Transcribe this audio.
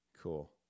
Cool